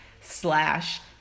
slash